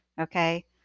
Okay